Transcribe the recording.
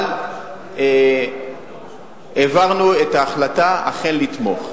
אבל העברנו את ההחלטה אכן לתמוך.